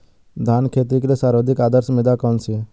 धान की खेती के लिए सर्वाधिक आदर्श मृदा कौन सी है?